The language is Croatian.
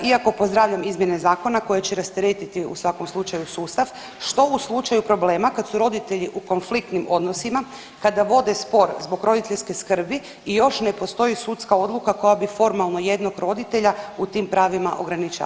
Iako pozdravljam izmjene zakona koje će rasteretiti u svakom slučaju sustav što u slučaju problema kad su roditelji u konfliktnim odnosima, kada vode spor zbog roditeljske skrbi i još ne postoji sudska odluka koja bi formalno jednog roditelja u tim pravima ograničavala?